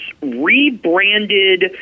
rebranded